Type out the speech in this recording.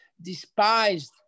despised